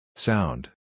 Sound